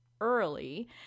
early